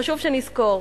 חשוב שנזכור,